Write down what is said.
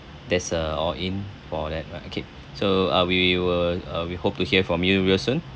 there's a all in for that right okay so uh we will uh we hope to hear from you real soon